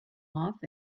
off